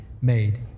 made